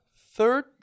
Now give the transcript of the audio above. third